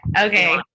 Okay